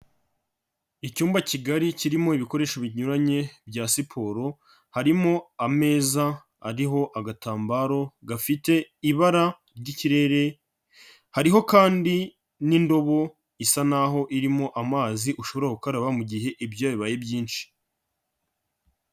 Icyumba kigari kirimo ibikoresho binyuranye bya siporo, harimo ameza ariho agatambaro gafite ibara ry'ikirere, hariho kandi n'indobo isa naho irimo amazi ushobora gukaraba mu gihe ibyuya bibaye byinshi.